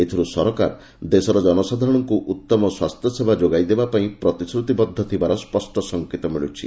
ଏଥିରୁ ସରକାର ଦେଶର ଜନସାଧାରଣଙ୍କୁ ଉତ୍ତମ ସ୍ୱାସ୍ଥ୍ୟସେବା ଯୋଗାଇ ଦେବାପାଇଁ ପ୍ରତିଶ୍ରତିବଦ୍ଧ ଥିବାର ସ୍ୱଷ୍ଟ ସଂକେତ ମିଳୁଛି